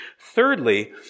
Thirdly